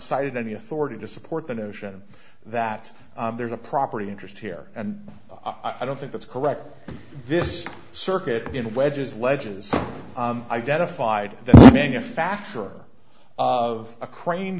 cited any authority to support the notion that there's a property interest here and i don't think that's correct this circuit in wedges ledges identified the manufacturer of a crane